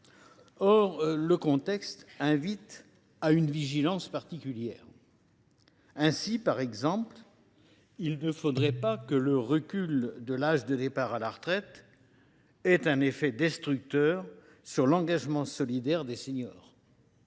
Or le contexte invite à une vigilance particulière. Ainsi, il ne faudrait pas que le recul de l’âge de départ à la retraite ait un effet destructeur sur l’engagement solidaire des seniors.